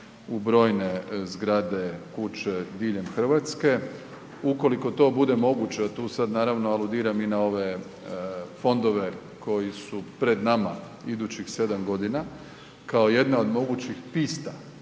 u brojne zgrade, kuće diljem Hrvatske. Ukoliko to bude moguće, a tu sad naravno aludiram i na ove fondove koji su pred nama idućih 7 godina kao jedna od mogućih pista